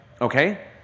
Okay